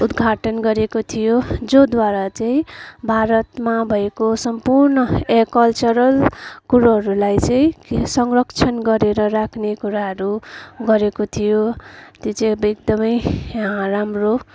उद्घाटन गरेको थियो जोद्वारा चाहिँ भारतमा भएको सम्पूर्ण ए कल्चरल कुरोहरूलाई चाहिँ फेरि संरक्षण गरेर राख्ने कुराहरू गरेको थियो त्यो चाहिँ अब एकदमै यहाँ राम्रो